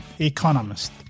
economist